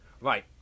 Right